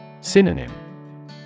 Synonym